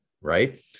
Right